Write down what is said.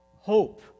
hope